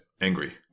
angry